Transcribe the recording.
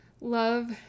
Love